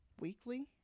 weekly